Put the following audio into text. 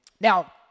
Now